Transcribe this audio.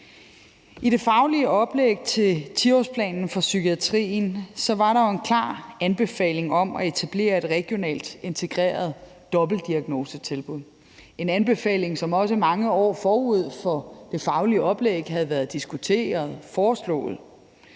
I det faglige oplæg til 10-årsplanen for psykiatrien var der jo en klar anbefaling om at etablere et regionalt integreret dobbeltdiagnosetilbud – en anbefaling, som også mange år forud for det faglige oplæg havde været diskuteret og foreslået.